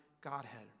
Godhead